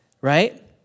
right